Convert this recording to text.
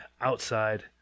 outside